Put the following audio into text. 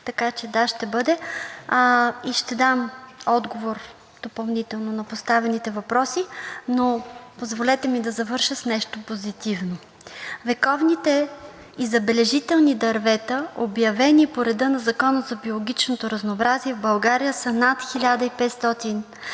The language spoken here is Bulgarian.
така че да – ще бъде. Ще дам допълнително отговор на поставените въпроси. Позволете ми да завърша с нещо позитивно. Вековните и забележителни дървета, обявени по реда на Закона за биологичното разнообразие в България, са над 1500